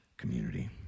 community